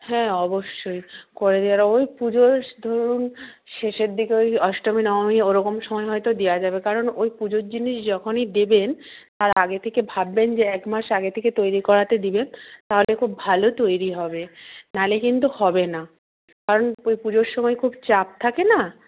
হ্যাঁ অবশ্যই করে ওই পুজোর ধরুন শেষের দিকে ওই অষ্টমী নবমী ওরকম সময় হয়তো দেওয়া যাবে কারণ ওই পুজোর জিনিস যখনই দেবেন তার আগে থেকে ভাববেন যে এক মাস আগে থেকে তৈরি করাতে দেবেন তাহলে খুব ভালো তৈরি হবে নাহলে কিন্তু হবে না কারণ ওই পুজোর সময় খুব চাপ থাকে না